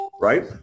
right